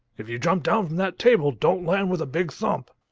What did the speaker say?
if you jump down from that table don't land with a big thump.